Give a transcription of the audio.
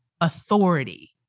authority